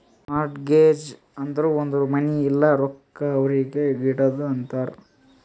mortgage ಅಂದುರ್ ಒಂದ್ ಮನಿ ಇಲ್ಲ ರೊಕ್ಕಾ ಗಿರ್ವಿಗ್ ಇಡದು ಅಂತಾರ್